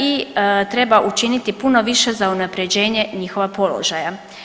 I treba učiniti puno više za unapređenje njihova položaja.